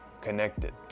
connected